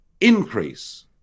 increase